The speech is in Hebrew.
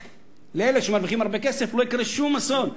לאלה שמרוויחים הרבה כסף לא יקרה שום אסון.